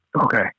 Okay